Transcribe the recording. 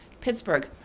Pittsburgh